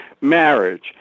Marriage